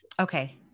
Okay